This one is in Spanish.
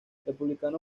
republicano